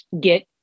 get